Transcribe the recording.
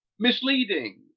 misleading